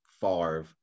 Favre